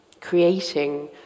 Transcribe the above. creating